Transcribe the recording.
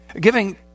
Giving